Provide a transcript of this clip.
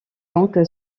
donc